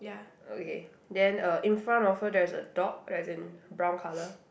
okay then uh in front of her there's a dog as in brown colour